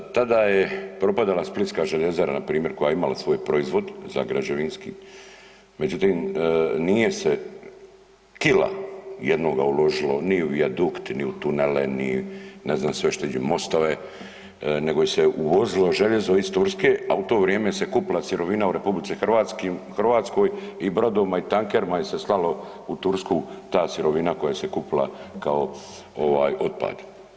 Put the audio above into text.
Tada je propadala splitska željezara npr. koja je imala svoj proizvod za građevinski, međutim nije se kila jednoga uložila ni u vijadukt, ni u tunele, ne znam sve šta iđe, mostove, nego s je uvozilo željezno iz Turske, a u to vrijeme se kupila sirovina u RH i brodovima i tankerima je se slalo u Tursku ta sirovina koja se kupila kao ovaj otpad.